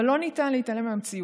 אבל לא ניתן להתעלם מהמציאות,